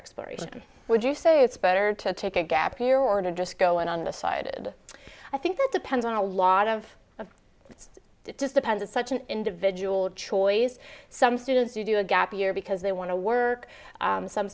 exploration would you say it's better to take a gap here or to just go and undecided i think that depends on a lot of of just depends it's such an individual choice some students do do a gap year because they want to work some